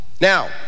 Now